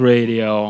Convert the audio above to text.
Radio